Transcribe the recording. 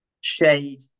shade